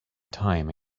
time